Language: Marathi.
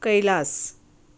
कैलास